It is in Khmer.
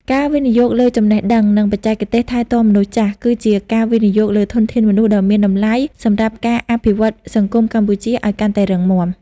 ការវិនិយោគលើចំណេះដឹង និងបច្ចេកទេសថែទាំមនុស្សចាស់ គឺជាការវិនិយោគលើធនធានមនុស្សដ៏មានតម្លៃសម្រាប់ការអភិវឌ្ឍសង្គមកម្ពុជាឱ្យកាន់តែរឹងមាំ។